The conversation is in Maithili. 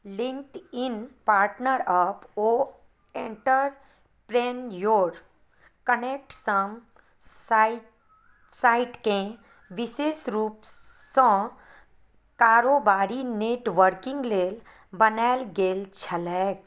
लिंक्डइन पार्टनरअप ओ एण्टरप्रेन्योर कनेक्टसँ साइट साइटके विशेष रूपसँ कारोबारी नेटवर्किङ्ग लेल बनायल गेल छलै